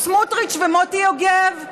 סמוטריץ ומוטי יוגב.